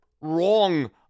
wrong